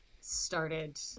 started